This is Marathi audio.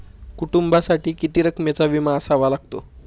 कुटुंबासाठी किती रकमेचा विमा असावा लागतो?